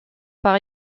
par